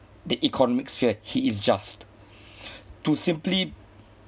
the economic sphere he is just to simply